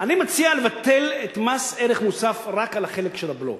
אני מציע לבטל את מס ערך מוסף רק על החלק של הבלו.